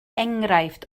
enghraifft